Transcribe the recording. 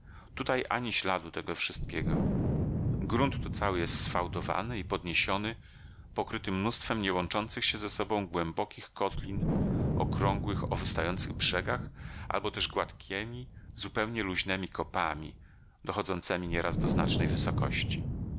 tutaj ani śladu tego wszystkiego grunt tu cały jest sfałdowany i podniesiony pokryty mnóstwem niełączących się ze sobą głębokich kotlin okrągłych o wystających brzegach albo też gładkiemi zupełnie luźnemi kopami dochodzącemi nieraz do znacznej wysokości